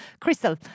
Crystal